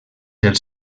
del